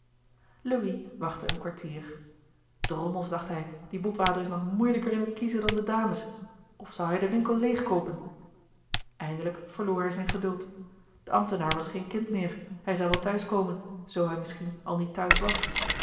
louis wachtte een kwartier drommels dacht hij die botwater is nog moeielijker in het kiezen dan de dames of zou hij den winkel leegkoopen eindelijk verloor hij zijn geduld de ambtenaar was geen kind meer hij zou wel t'huis komen zoo hij misschien al niet t'huis was